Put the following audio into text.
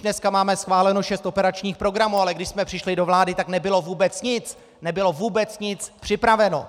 Dneska už máme schváleno šest operačních programů, ale když jsme přišli do vlády, tak nebylo nic, nebylo vůbec nic připraveno.